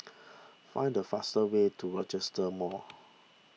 find the fastest way to Rochester Mall